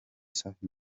safi